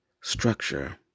structure